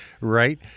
Right